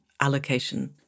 allocation